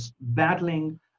battling